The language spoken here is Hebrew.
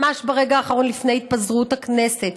ממש ברגע האחרון לפני התפזרות הכנסת,